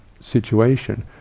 situation